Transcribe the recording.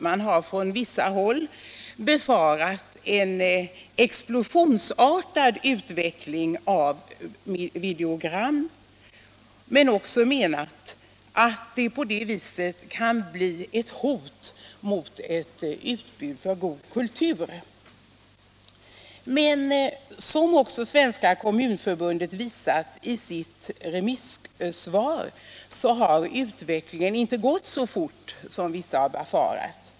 Man har från vissa håll befarat en explosionsartad utveckling av videogram men också menat att den på visst sätt kan bli ett hot mot ett utbud av god kultur. Som också Svenska kommunförbundet framhållit i sitt remissvar, har utvecklingen dock inte gått så fort som några befarat.